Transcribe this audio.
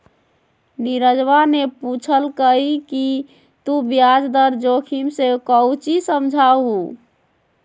नीरजवा ने पूछल कई कि तू ब्याज दर जोखिम से काउची समझा हुँ?